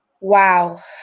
Wow